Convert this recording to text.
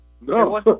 No